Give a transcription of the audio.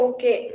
Okay